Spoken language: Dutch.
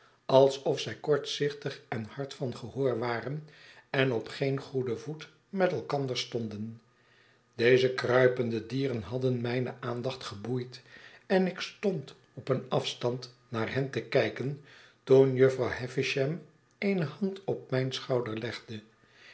alsof zij kortzichtig en hard van gehoor waren en op geen goeden voet met elkander stonden deze kruipende dieren hadden mijne aandacht geboeid en ik stond op een afstand naar hen te kijken toen jufvrouw havisham eene hand op mijn schouder legde